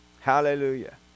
hallelujah